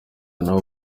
nabo